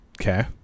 Okay